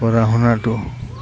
পঢ়া শুনাটো